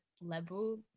level